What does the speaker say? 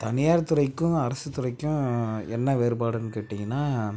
தனியார் துறைக்கும் அரசு துறைக்கும் என்ன வேறுபாடுன்னு கேட்டிங்கன்னால்